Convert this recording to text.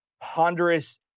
ponderous